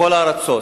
בכל הארצות,